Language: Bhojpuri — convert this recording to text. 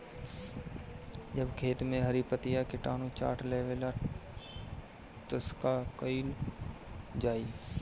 जब खेत मे हरी पतीया किटानु चाट लेवेला तऽ का कईल जाई?